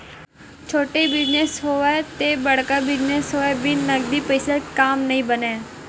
छोटे बिजनेस होवय ते बड़का बिजनेस होवय बिन नगदी पइसा के काम नइ बनय